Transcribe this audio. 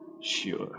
Sure